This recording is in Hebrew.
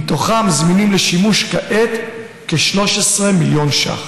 ומתוכם זמינים לשימוש כעת כ-13 מיליון ש"ח.